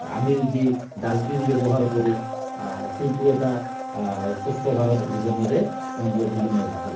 আমি যি ডাষ্টবিন ব্যৱহাৰ কৰোঁ সেইটো এটা স্বচ্ছ ভাৰত অভিযানৰে অংগ বুলি মই ভাবোঁ